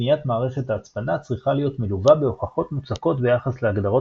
בניית מערכת ההצפנה צריכה להיות מלווה בהוכחות מוצקות ביחס להגדרות